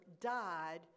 died